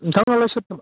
नोंथांलाय सोरथो